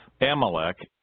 Amalek